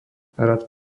rad